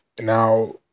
Now